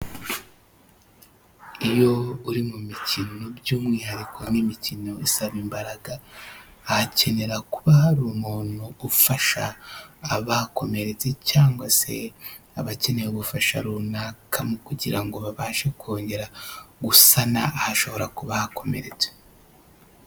Iyo uri mu mikino by'umwihariko nk'imikino isaba imbaraga, hakenera kuba hari umuntu ufasha abakomeretse cyangwa se abakeneye ubufasha runaka kugira ngo babashe kongera gusana ahashobora kuba hakomeretse.